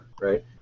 right